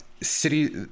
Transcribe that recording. city